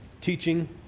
teaching